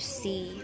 see